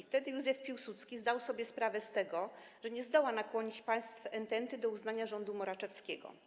Wtedy Józef Piłsudski zdał sobie sprawę z tego, że nie zdoła nakłonić państw ententy do uznania rządu Moraczewskiego.